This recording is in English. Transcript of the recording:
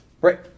Right